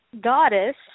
goddess